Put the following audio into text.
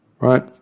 right